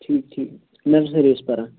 ٹھیٖک ٹھیٖک نرسریَس پران